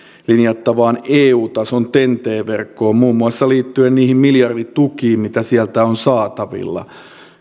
linjattavaan eu tason ten t verkkoon muun muassa liittyen niihin miljarditukiin mitä sieltä on saatavilla